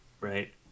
right